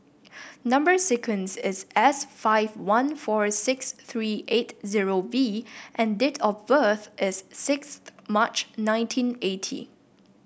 number sequence is S five one four six three eight zero B and date of birth is sixth March nineteen eighty